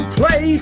play